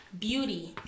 beauty